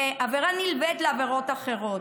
כעבירה נלווית לעבירות אחרות.